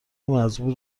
مزبور